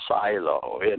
silo